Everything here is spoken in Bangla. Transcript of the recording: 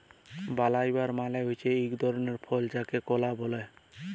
বালালা মালে হছে ইক ধরলের ফল যাকে কলা ব্যলে